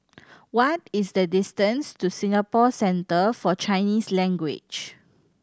what is the distance to Singapore Centre For Chinese Language